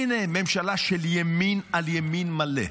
הינה ממשלה של ימין על ימין מלא.